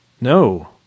No